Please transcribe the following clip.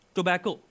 Tobacco